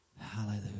Hallelujah